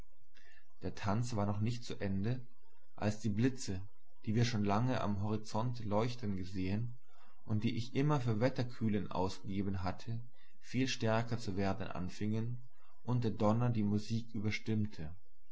der tanz war noch nicht zu ende als die blitze die wir schon lange am horizonte leuchten gesehn und die ich immer für wetterkühlen ausgegeben hatte viel stärker zu werden anfingen und der donner die musik